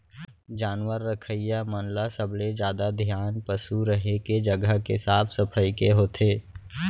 जानवर रखइया मन ल सबले जादा धियान पसु रहें के जघा के साफ सफई के होथे